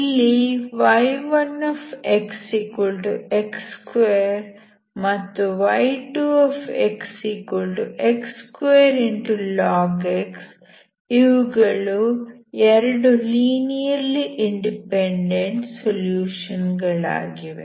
ಇಲ್ಲಿ y1xx2 ಮತ್ತು y2xx2log x ಇವುಗಳು 2 ಲೀನಿಯರ್ಲಿ ಇಂಡಿಪೆಂಡೆಂಟ್ ಸೊಲ್ಯೂಷನ್ ಗಳಾಗಿವೆ